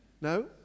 No